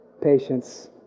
patience